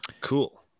Cool